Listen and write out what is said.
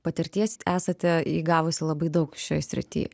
patirties esate įgavusi labai daug šioj srity